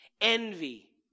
envy